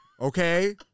Okay